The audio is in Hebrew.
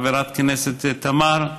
חברת הכנסת תמר,